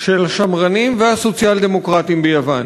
של השמרנים והסוציאל-דמוקרטים ביוון.